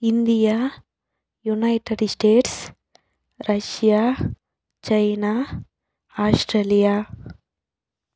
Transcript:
India United States Russia China Australia